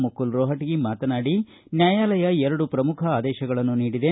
ಮುಕುಲ್ ರೋಹಟಗಿ ಮಾತನಾಡಿ ನ್ಯಾಯಾಲಯ ಎರಡು ಪ್ರಮುಖ ಆದೇಶಗಳನ್ನು ನೀಡಿದೆ